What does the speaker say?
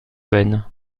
benne